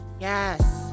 yes